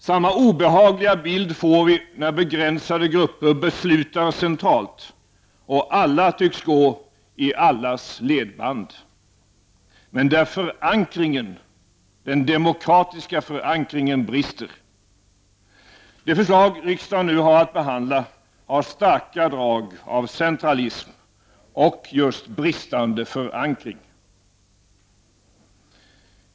Samma obehagliga bild får vi när begränsade grupper beslutar centralt och alla tycks gå i allas ledband, men där den demokratiska förankringen brister. Det förslag riksdagen nu har att behandla har starka drag av centralism och just bristande förankring.